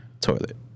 toilet